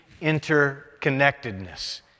interconnectedness